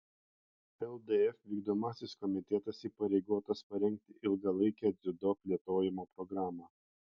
ldf vykdomasis komitetas įpareigotas parengti ilgalaikę dziudo plėtojimo programą